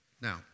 Now